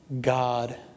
God